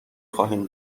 خواهیم